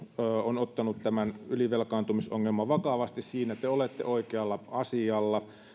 on ottanut ylivelkaantumisongelman vakavasti siinä te olette oikealla asialla